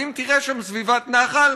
ואם תראה שם סביבת נחל,